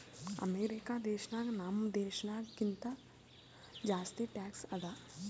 America ದೇಶನಾಗ್ ನಮ್ ದೇಶನಾಗ್ ಕಿಂತಾ ಜಾಸ್ತಿ ಟ್ಯಾಕ್ಸ್ ಅದಾ